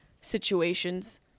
situations